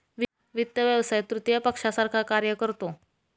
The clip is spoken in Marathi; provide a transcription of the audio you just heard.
वित्त व्यवसाय तृतीय पक्षासारखा कार्य करतो